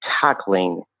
tackling